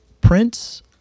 Prince